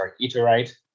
iterate